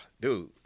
dude